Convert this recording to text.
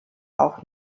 auch